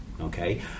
Okay